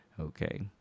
Okay